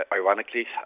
ironically